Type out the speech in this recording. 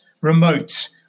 remote